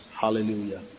Hallelujah